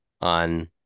on